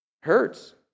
Hurts